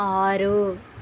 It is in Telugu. ఆరు